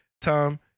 Tom